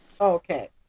okay